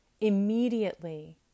immediately